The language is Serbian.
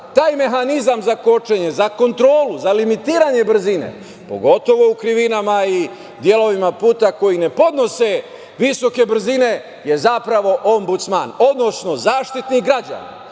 taj mehanizam za kočenje, za kontrolu, za limitiranje brzine, pogotovo u krivinama i delovima puta koji ne podnose visoke brzine je zapravo Ombudsman, odnosno Zaštitnik građana,